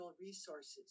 resources